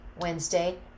Wednesday